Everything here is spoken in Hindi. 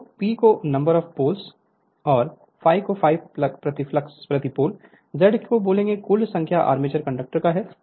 तो P को नंबर ऑफ पोल्स और ∅ फ्लक्स प्रति पोल Z कुल संख्या आर्मेचर कंडक्टर है